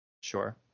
Sure